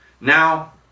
Now